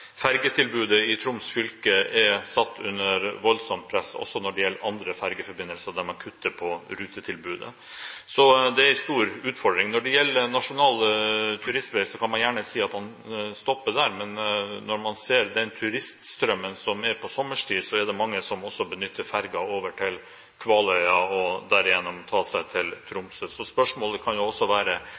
fergetilbudet i Troms fylke er satt under et voldsomt press, også når det gjelder andre fergeforbindelser der man kutter i rutetilbudet. Så dette er en stor utfordring. Når det gjelder nasjonale turistveier, kan man gjerne si at man stopper der. Men når man ser den turiststrømmen som er på sommerstid – det er mange som også benytter fergen over til Kvaløya for derigjennom å ta seg til Tromsø – kan jo spørsmålet også være: